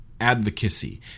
advocacy